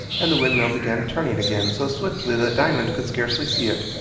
and the windmill began turning again so swiftly that diamond could scarcely see it.